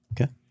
Okay